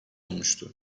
olmuştu